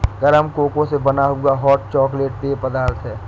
गरम कोको से बना हुआ हॉट चॉकलेट पेय पदार्थ है